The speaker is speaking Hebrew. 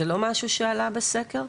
זה לא משהו שעלה בסקר?